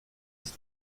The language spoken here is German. ist